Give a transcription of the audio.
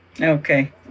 Okay